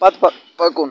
پتہٕ پہ پکُن